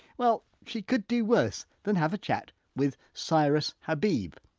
well she could do worse than have a chat with cyrus habib.